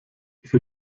für